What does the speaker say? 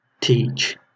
teach